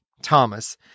Thomas